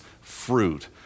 fruit